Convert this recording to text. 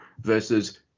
versus